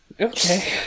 Okay